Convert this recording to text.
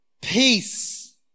peace